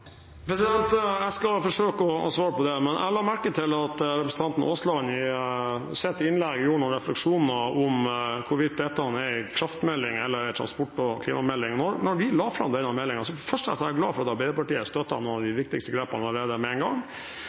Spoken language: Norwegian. Jeg skal forsøke å svare på det, men jeg la merke til at representanten Aasland i sitt innlegg gjorde seg noen refleksjoner om hvorvidt dette er en kraftmelding eller en transport- og klimamelding. Da vi la fram denne meldingen, var jeg for det første glad for at Arbeiderpartiet støttet noen av de viktigste grepene allerede med en gang,